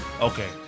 Okay